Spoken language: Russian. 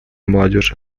молодежи